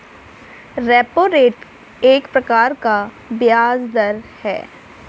repo rate एक प्रकार का ब्याज़ दर है